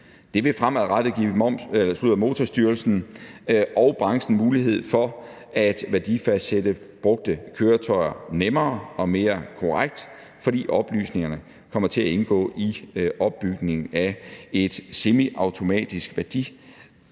Det vil fremadrettet give Motorstyrelsen og branchen mulighed for at værdifastsætte brugte køretøjer nemmere og mere korrekt, fordi oplysningerne kommer til at indgå i opbygningen af et semiautomatisk